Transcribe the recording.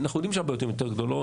אנחנו יודעים שהבעיות הן יותר גדולות